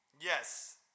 Yes